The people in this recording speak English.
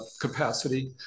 capacity